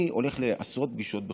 אני הולך לעשרות פגישות בחודש.